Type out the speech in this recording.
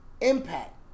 impact